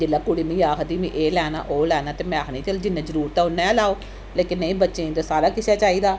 जिल्लै कुड़ी मिगी आखदी मी एह् लैना ओह् लैना ते में आखनीं के चल जिन्नी जरूरत ऐ उन्ना गै लैओ लेकन नेईं बच्चें गी ते सारा किश गै चाहिदा